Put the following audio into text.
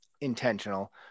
intentional